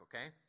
Okay